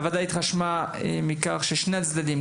הוועדה התרשמה מכך ששני הצדדים,